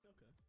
Okay